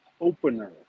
opener